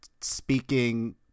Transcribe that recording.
speaking